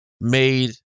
made